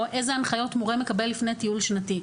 או איזה הנחיות מורה מקבל לפני טיול שנתי.